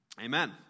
Amen